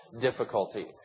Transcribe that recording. difficulty